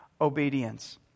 obedience